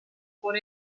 por